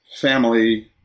family